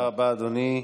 תודה רבה, אדוני.